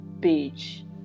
page